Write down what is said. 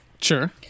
Sure